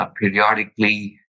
periodically